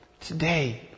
today